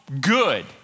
good